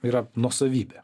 yra nuosavybė